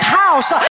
house